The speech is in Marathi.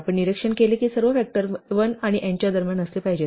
आपण निरीक्षण केले की सर्व फॅक्टर 1 आणि n च्या दरम्यान असले पाहिजेत